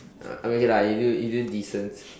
uh I mean okay lah you do you do decent